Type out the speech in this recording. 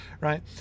right